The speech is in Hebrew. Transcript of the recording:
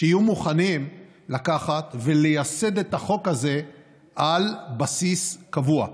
שיהיו מוכנים לקחת ולייסד את החוק הזה על בסיס קבוע.